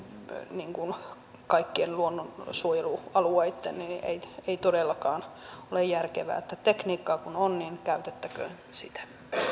kaikkien luonnonsuojelualueitten ei ei todellakaan ole järkevää tekniikkaa kun on niin käytettäköön sitä